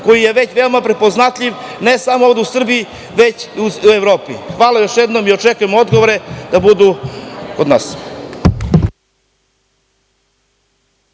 koji je već veoma prepoznatljiv, ne samo ovde u Srbiji, već i u Evropi. Hvala još jednom i očekujem odgovore. **Vladimir